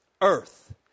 earth